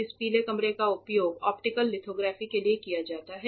इस पीले कमरे का उपयोग ऑप्टिकल लिथोग्राफी के लिए किया जाता है